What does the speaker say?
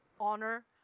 honor